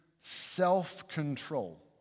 self-control